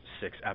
six